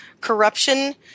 corruption